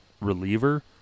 reliever